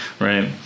right